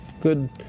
good